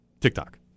TikTok